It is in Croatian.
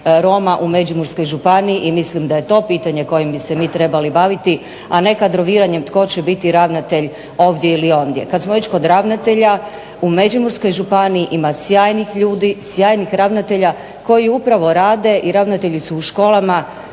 roma u Međimurskoj županiji i mislim da je to pitanje kojim bi se trebali baviti a ne pitanjem tko će biti ravnatelj ovdje ili ondje. Kada smo već kod ravnatelja u Međimurskoj županiji ima sjajnih ljudi, sjajnih ravnatelja koji upravo rade i ravnatelji su u školama